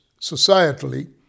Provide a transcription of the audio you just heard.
societally